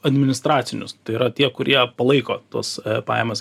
administracinius tai yra tie kurie palaiko tuos pajamas